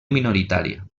minoritària